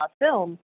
film